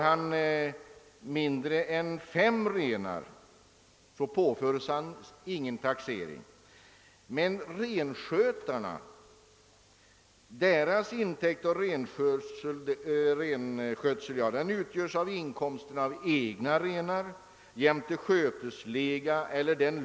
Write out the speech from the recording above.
Detta är alltså vad en renägare beräknas få i nettoinkomst per ren.